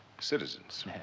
citizens